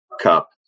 cup